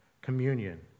communion